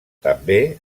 també